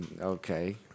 okay